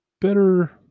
...better